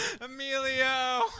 Emilio